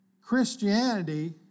Christianity